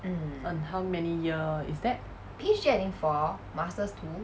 and how many year is that